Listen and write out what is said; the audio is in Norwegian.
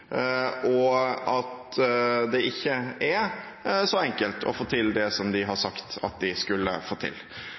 og at det ikke er så enkelt å få til det som de har sagt at de skulle få til.